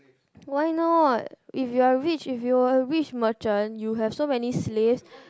why not if you're rich if you were a rich merchant you have so many slaves